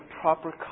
proper